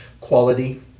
Quality